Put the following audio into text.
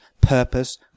purpose